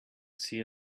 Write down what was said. sea